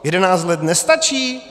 Jedenáct let nestačí?